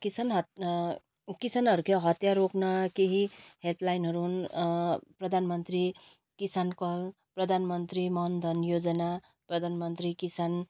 किसान हत् किसानहरूको हत्या रोक्न केही हेल्प लाइनहरू हुन् प्रधानमन्त्री किसान कल प्रधानमन्त्री मनधन योजना प्रधानमन्त्री किसान